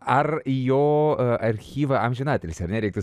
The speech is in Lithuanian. ar jo archyvą amžinatilsį ar ne reiktų